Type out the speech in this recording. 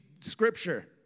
Scripture